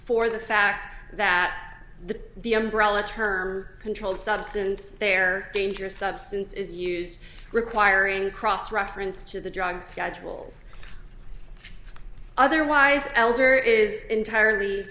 for the fact that the the umbrella term controlled substance there dangerous substance is used requiring cross reference to the drug schedules otherwise elgar is entirely